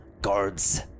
guards